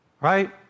Right